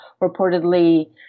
reportedly